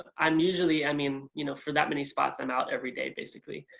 ah i'm usually i mean you know for that many spots i'm out every day basically.